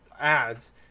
ads